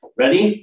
ready